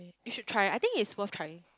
you should try I think is worth trying